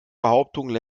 behauptungen